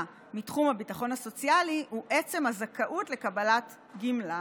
מתחום הביטחון הסוציאלי הוא עצם הזכאות לקבלת הגמלה.